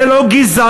זה לא גזענות?